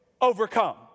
overcome